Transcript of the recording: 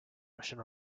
russian